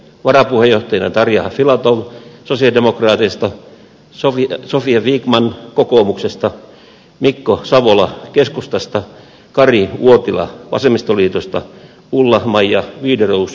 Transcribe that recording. varapuheenjohtajana tarja filatov sosialidemokraateista sofia vikman kokoomuksesta mikko savola keskustasta kari uotila vasemmistoliitosta ja ulla maj wideroos rkpstä